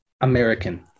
American